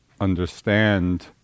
understand